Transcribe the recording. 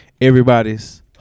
Everybody's